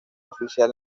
oficial